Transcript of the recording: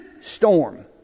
storm